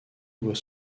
voit